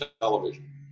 television